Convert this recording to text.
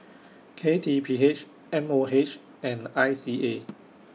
K T P H M O H and I C A